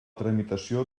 tramitació